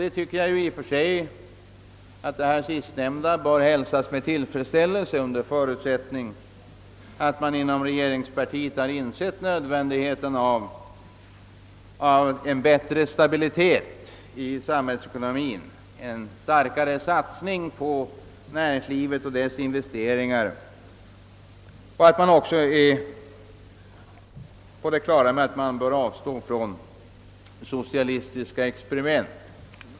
Detta sistnämnda tycker jag bör hälsas med tillfredsställelse under förutsättning att man inom regeringspartiet insett nödvändigheten av en större stabilitet i samhällsekonomien och en starkare satsning på näringslivet och dess investeringar och under förutsättning att man är på det klara med att man bör avstå från socialistiska experiment.